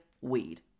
weed